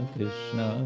Krishna